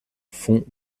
fonds